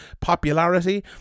popularity